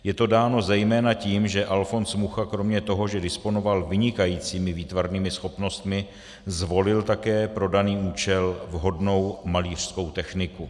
Je to dáno zejména tím, že Alfons Mucha kromě toho, že disponoval vynikajícími výtvarnými schopnostmi, zvolil také pro daný účel vhodnou malířskou techniku.